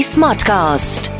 Smartcast